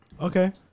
Okay